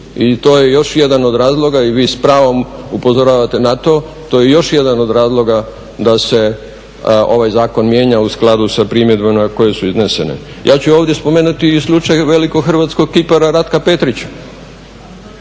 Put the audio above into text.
i to je još jedan od razloga i vi s pravom upozoravate na to, to je još jedan od razloga da se ovaj zakon mijenja u skladu sa primjedbama koje su iznesene. Ja ću ovdje spomenuti i slučaj velikog hrvatskog kipara Ratka Petrića